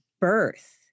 birth